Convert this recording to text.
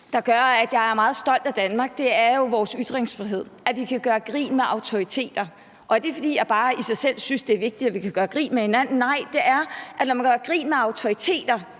der gør, at jeg er meget stolt af Danmark, jo er vores ytringsfrihed, og at vi kan gøre grin med autoriteter. Er det, fordi jeg bare synes, at det i sig selv er vigtigt, at vi kan gøre grin med hinanden? Nej, det er, fordi når man gør grin med autoriteter,